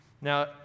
Now